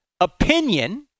opinion